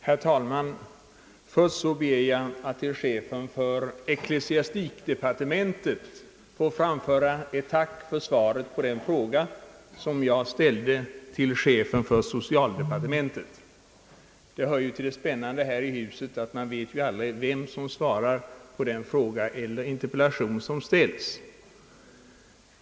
Herr talman! Först ber jag att till chefen för ecklesiastikdepartementet få framföra ett tack för svaret på den fråga som jag ställde till chefen för socialdepartementet. Det hör ju till det spännande här i huset att man aldrig vet vem som svarar på den fråga eller interpellation som ställs.